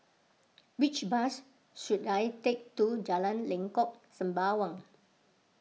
which bus should I take to Jalan Lengkok Sembawang